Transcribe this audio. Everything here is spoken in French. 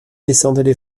descendaient